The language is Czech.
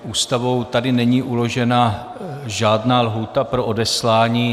Ústavou tady není uložena žádná lhůta pro odeslání.